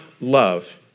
love